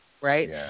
right